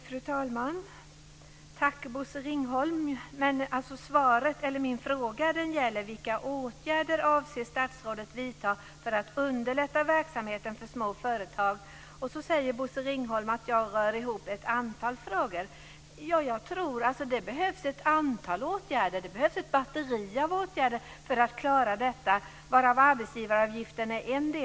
Fru talman! Tack, Bosse Ringholm, men min fråga gäller vilka åtgärder statsrådet avser att vidta för att underlätta verksamheten för småföretag. Sedan säger Bosse Ringholm att jag rör ihop ett antal frågor. Det behövs ett batteri av åtgärder för att klara detta, varav arbetsgivaravgiften är en del.